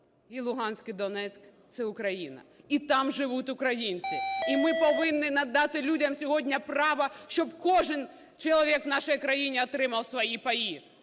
і Луганськ, і Донецьк – це Україна, і там живуть українці. І ми повинні надати людям сьогодні право, щоб кожен чоловік в нашій країні отримав свої паї,